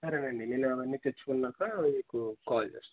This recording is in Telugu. సరే అండి నేను అవన్నీ తెచ్చుకున్నాకా మీకు కాల్ చేస్తాను